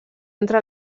entre